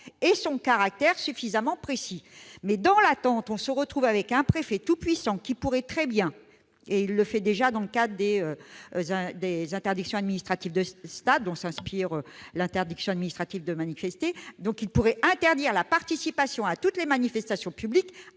sur son caractère suffisamment précis ou non. Mais, en attendant, on se retrouve avec un préfet tout-puissant, qui pourrait très bien- il le fait déjà dans le cadre des interdictions administratives de stade, dont s'inspire l'interdiction administrative de manifester -interdire la participation à toutes les manifestations publiques